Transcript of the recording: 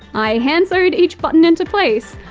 i hand-sewed each button into place,